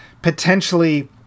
potentially